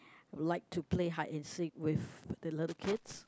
like to play hide and seek with the little kids